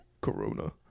corona